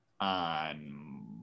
on